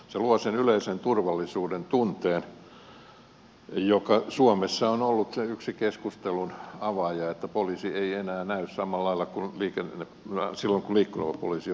se luo sen yleisen turvallisuudentunteen ja suomessa on ollut yksi keskustelun avaaja että poliisi ei enää näy samalla lailla kuin silloin kun liikkuva poliisi oli voimissaan